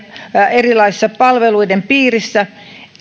erilaisten palveluiden piirissä